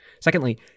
Secondly